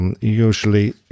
Usually